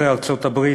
אחרי ארצות-הברית,